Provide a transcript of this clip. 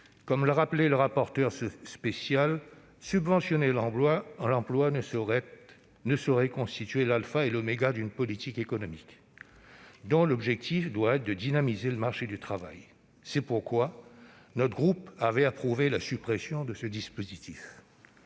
Comme l'a rappelé le rapporteur spécial, subventionner l'emploi ne saurait constituer l'alpha et l'oméga d'une politique économique, dont l'objectif doit être de dynamiser le marché du travail. C'est pourquoi notre groupe avait approuvé la suppression de ce dispositif.